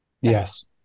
Yes